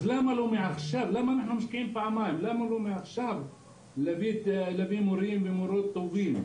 אז למה לא מעכשיו להביא מורים ומורות טובים,